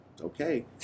Okay